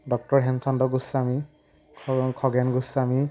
doctor Hemchandra Goswami খ খগেন গোস্বামী